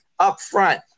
upfront